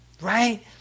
Right